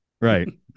Right